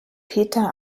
peter